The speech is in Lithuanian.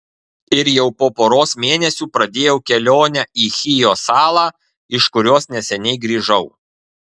ir jau po poros mėnesių pradėjau kelionę į chijo salą iš kurios neseniai grįžau